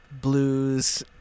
blues